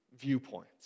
viewpoints